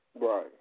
Right